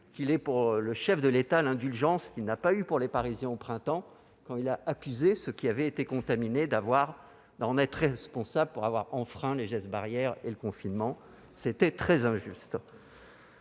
qu'il ait pour le chef de l'État l'indulgence qu'il n'a pas eue envers les Parisiens au printemps dernier, quand il a accusé ceux qui avaient été contaminés d'en être responsables en ayant enfreint les gestes barrières et le confinement, ce qui était très injuste.